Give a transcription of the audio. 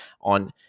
on